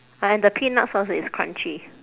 and the peanut sauce is crunchy